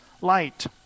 light